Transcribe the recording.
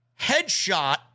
Headshot